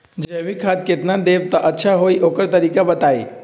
जैविक खाद केतना देब त अच्छा होइ ओकर तरीका बताई?